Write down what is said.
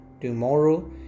tomorrow